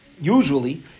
usually